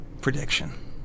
prediction